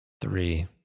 Three